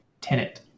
tenant